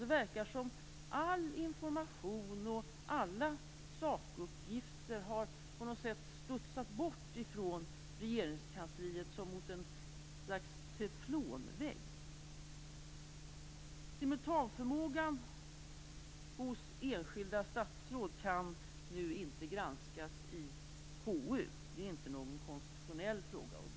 Det verkar som om all information och alla sakuppgifter har studsat bort från Regeringskansliet, som mot en teflonvägg. Simultanförmågan hos enskilda statsråd kan inte granskas i KU. Det är inte någon konstitutionell fråga.